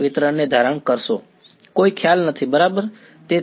વિદ્યાર્થી